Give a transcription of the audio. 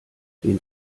den